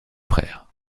frères